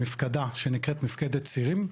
מפקדה שנקראת "מפקדת צירים".